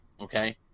okay